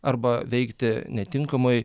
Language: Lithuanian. arba veikti netinkamai